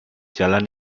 jalan